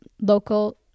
local